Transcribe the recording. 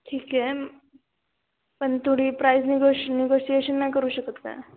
ठीक आहे पण थोडी प्राईज निगोश निगोशिएशन नाही करू शकत का